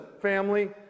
family